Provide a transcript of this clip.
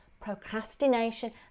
procrastination